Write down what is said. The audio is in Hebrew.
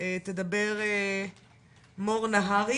תדבר מור נהרי